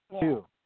Two